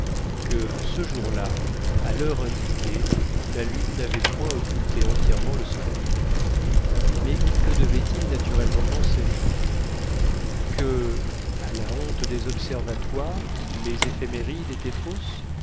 que ce jour-là à l'heure indiquée la lune n'avait point occulté entièrement le soleil mais que devait-il naturellement penser que à la honte des observatoires les éphémérides étaient fausses